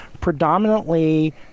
predominantly